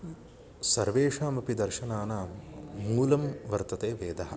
सर्वेषामपि दर्शनानां मूलं वर्तते वेदः